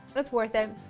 it's worth it.